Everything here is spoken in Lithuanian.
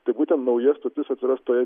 tai būtent nauja stotis atsiras toj